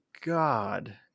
God